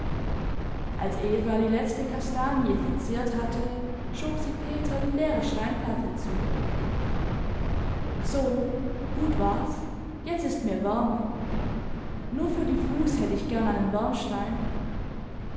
als eva die letzte kastanie verzehrt hatte schob sie peter die leere steinplatte zu so gut war's jetzt ist mir wärmer nur für die fuß hätt ich gern einen